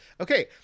Okay